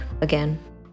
again